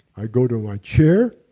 i go to my chair,